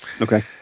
Okay